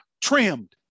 trimmed